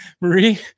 Marie